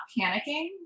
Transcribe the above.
panicking